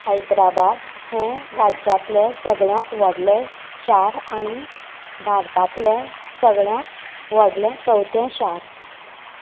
हैद्राबाद हें राज्यांतलें सगळ्यांत व्हडलें शार आनी भारतांतलें सगळ्यांत व्हडलें चवथें शार